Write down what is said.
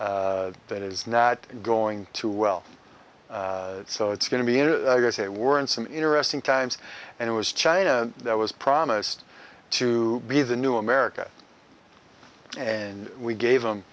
that is not going to well so it's going to be in usa we're in some interesting times and it was china that was promised to be the new america and we gave